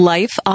Life